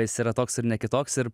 jis yra toks ir ne kitoks ir